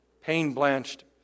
pain-blanched